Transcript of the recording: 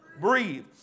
Breathe